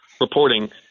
reporting